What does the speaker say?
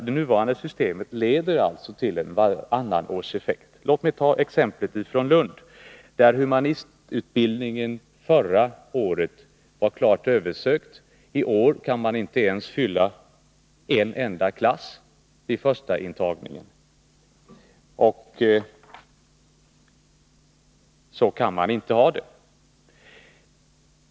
Det nuvarande systemet leder till en vartannatårseffekt. Låt mig ta ett exempel från Lund, där humanistutbildningen förra året var klart översökt. I år kan man inte ens fylla en enda klass vid första intagningen. Så kan man inte ha det.